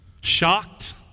shocked